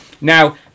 Now